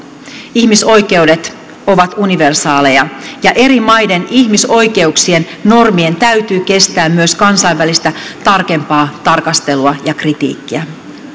ihmisoikeudet ovat universaaleja ja eri maiden ihmisoikeuksien normien täytyy kestää myös kansainvälistä tarkempaa tarkastelua ja kritiikkiä